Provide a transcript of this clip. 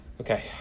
Okay